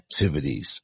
activities